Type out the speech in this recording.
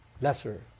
lesser